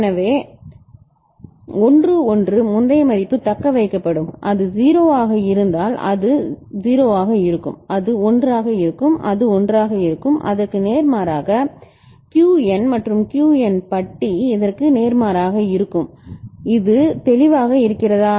எனவே 11 முந்தைய மதிப்பு தக்கவைக்கப்படும் அது 0 ஆக இருந்தால் அது 0 ஆக இருக்கும் அது 1 ஆக இருக்கும் அது 1 ஆக இருக்கும் அதற்கு நேர்மாறாக Qn மற்றும் Qn பட்டி இதற்கு நேர்மாறாக இருக்கும் இது தெளிவாக இருக்கிறதா